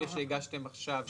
אלה שהגשתם עכשיו,